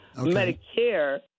Medicare